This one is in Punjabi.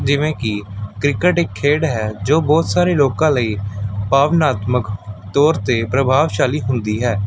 ਜਿਵੇਂ ਕਿ ਕ੍ਰਿਕਟ ਇੱਕ ਖੇਡ ਹੈ ਜੋ ਬਹੁਤ ਸਾਰੇ ਲੋਕਾਂ ਲਈ ਭਾਵਨਾਤਮਕ ਤੌਰ 'ਤੇ ਪ੍ਰਭਾਵਸ਼ਾਲੀ ਹੁੰਦੀ ਹੈ